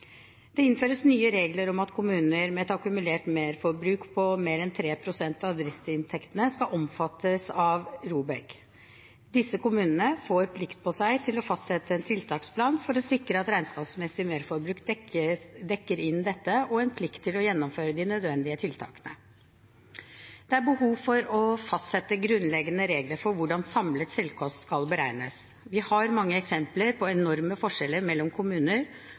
Det innføres nye regler om at kommuner med et akkumulert merforbruk på mer enn 3 pst. av driftsinntektene skal omfattes av ROBEK. Disse kommunene får plikt på seg til å fastsette en tiltaksplan for å sikre at regnskapsmessig merforbruk dekkes inn, og en plikt til å gjennomføre de nødvendige tiltakene. Det er behov for å fastsette grunnleggende regler for hvordan samlet selvkost skal beregnes. Vi har mange eksempler på enorme forskjeller mellom kommuner,